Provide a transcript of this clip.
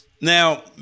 Now